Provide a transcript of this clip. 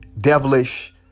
devilish